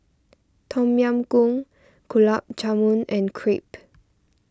Tom Yam Goong Gulab Jamun and Crepe